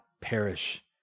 perish